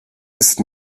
ist